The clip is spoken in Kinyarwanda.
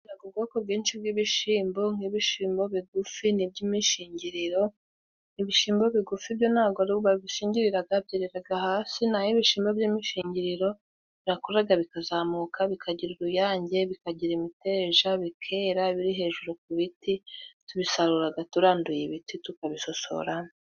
Tugiraga ubwoko bwinshi bw'ibishimbo nk'ibishimbo bigufi n'iby'imishingiriro, ibishimbo bigufi byo ntabwo ba bishingiriraga byereraga hasi naho ibishimbo by'imishingiriro birakuraga bikazamuka bikagira uruyange, bikagira imiteja, bikera biri hejuru ku biti tubisaruraga turanduye ibiti tukabisosoramo.